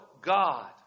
God